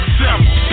simple